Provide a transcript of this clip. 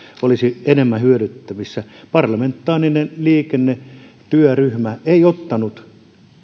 olisi enemmän hyödynnettävissä parlamentaarinen liikennetyöryhmä ei ottanut